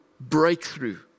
breakthrough